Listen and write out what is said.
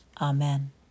Amen